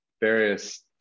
various